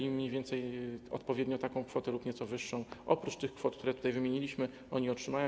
I mniej więcej odpowiednio taką kwotę lub nieco wyższą, oprócz tych kwot, które tutaj wymieniliśmy, oni otrzymają.